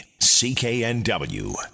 CKNW